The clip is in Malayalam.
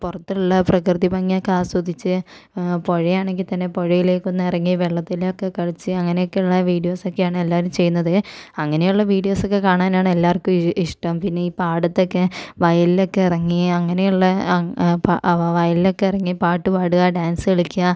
പുറത്തുള്ള പ്രകൃതി ഭംഗി ഒക്കെ ആസ്വദിച്ച് പുഴയാണെങ്കിൽ തന്നെ പുഴയിലേക്ക് ഒന്ന് ഇറങ്ങി വെള്ളത്തിലൊക്കെ കളിച്ച് അങ്ങനെയൊക്കെയുള്ള വീഡിയോസൊക്കെയാണ് എല്ലാവരും ചെയ്യുന്നത് അങ്ങനെയുള്ള വീഡിയോസൊക്കെ കാണാനാണ് എല്ലാവർക്കും ഇഷ്ടം പിന്നെ ഈ പാടത്തൊക്കെ വയലിൽ ഒക്കെ ഇറങ്ങി അങ്ങനെയുള്ള ആ വയലിൽ ഒക്കെ ഇറങ്ങി പാട്ടു പാടുക ഡാൻസ് കളിക്കുക